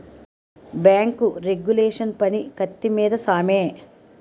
bank regulation పని కత్తి మీద సామే